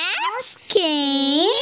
asking